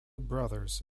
brothers